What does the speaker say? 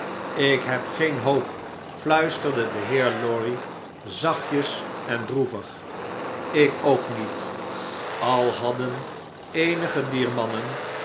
ik heb geene hoop fluisterde de heer lorry zachtjes en droevig ik ook niet al hadden eenige dier mannen